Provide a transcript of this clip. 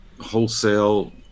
wholesale